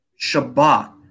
Shabbat